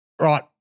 Right